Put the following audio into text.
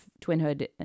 twinhood